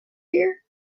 here